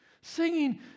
Singing